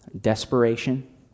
desperation